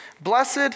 blessed